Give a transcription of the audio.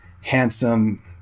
handsome